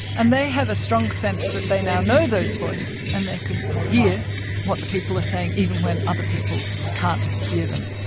and they have a strong sense that they now know those voices, and they can hear what the people are saying, even when other people can't hear them.